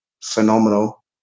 phenomenal